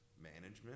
management